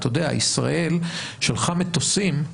ישראל שלחה מטוסים,